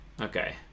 Okay